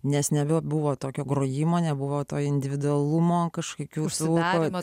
nes nebebuvo tokio grojimo nebuvo to individualumo kažkokių išsilavinimo